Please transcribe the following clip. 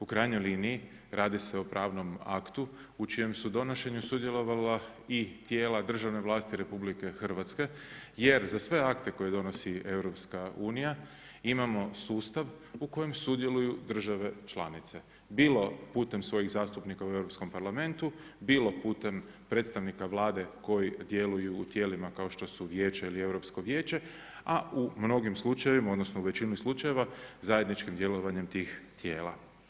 U krajnjoj liniji radi se o pravnom aktu, u čijem su donošenju sudjelovalo i tijela državne vlasti RH, jer za sve akte koje donosi EU, imamo sustav u kojem sudjeluju države članice, bilo putem svojih zastupnika u Europskom parlamentu, bilo putem predstavnika Vlade, koji djeluju u tijelima, kao što su vijeće ili Europsko vijeće, a u mnogim slučajevima, odnosno, u većini slučajeva, zajedničkim djelovanjem tih tijela.